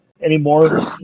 anymore